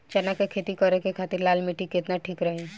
चना के खेती करे के खातिर लाल मिट्टी केतना ठीक रही?